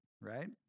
right